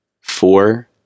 four